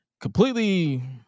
Completely